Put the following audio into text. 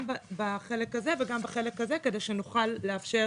בחלק הזה וגם בחלק הזה כדי שנוכל לאפשר